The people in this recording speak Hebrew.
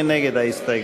מי נגד ההסתייגות?